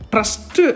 Trust